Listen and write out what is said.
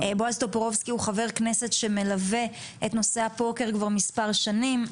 בועז טופורובסקי הוא חבר כנסת שמלווה את נושא הפוקר כבר מספר שנים.